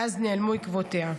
מאז נעלמו עקבותיה.